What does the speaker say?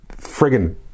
friggin